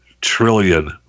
trillion